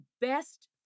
best